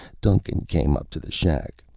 duncan came up to the shack,